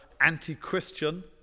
anti-Christian